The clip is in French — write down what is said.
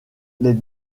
les